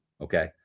Okay